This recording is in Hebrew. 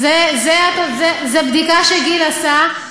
זו בדיקה שגיל עשה.